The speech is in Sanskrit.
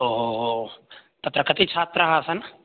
तत्र कति छात्राः आसन्